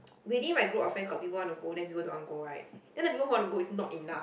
within my group of friends got people want to go then people don't want go right then the people who want to go is not enough